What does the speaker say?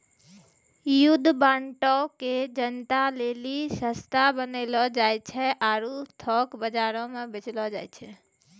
युद्ध बांडो के जनता लेली सस्ता बनैलो जाय छै आरु थोक बजारो मे बेचलो जाय छै